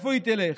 לאן היא תלך?